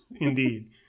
Indeed